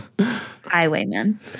highwayman